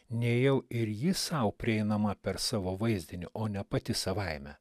nejau ir ji sau prieinama per savo vaizdinį o ne pati savaime